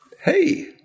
hey